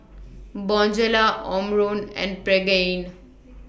Bonjela Omron and Pregain